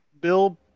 Bill